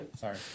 Sorry